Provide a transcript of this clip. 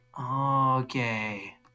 Okay